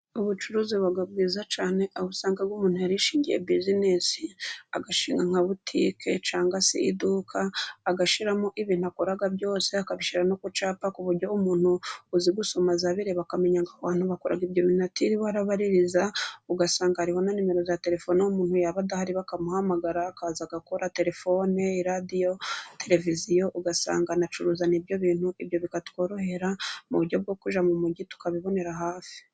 Ubucuruzi buba bwiza cyane aho usanga umuntu yarishingiye buzinesi, agashinga nka butike cyangwa se iduka agashyiramo ibintu akora byose, akabishyira no gucyapfa ku buryo umuntu uzi gusoma azabireba akamenya ngo aho hantu akora ibyo bintu atiriwe arabaririza, ugasanga hariho na nimero za telefoni, umuntu yaba adahari bakamuhamagara akaza agakora telefone, radio, televiziyo ugasanga anacuruza nibyo bintu, ibyo bikatworohera mu buryo bwokujya mu mujyi tukabibonera hafi.